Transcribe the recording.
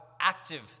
active